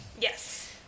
Yes